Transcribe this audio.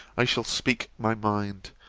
i shall speak my mind,